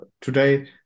today